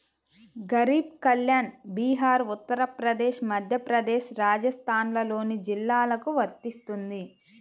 గరీబ్ కళ్యాణ్ బీహార్, ఉత్తరప్రదేశ్, మధ్యప్రదేశ్, రాజస్థాన్లోని జిల్లాలకు వర్తిస్తుంది